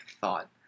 thought